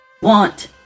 want